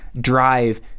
drive